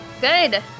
Good